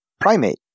primate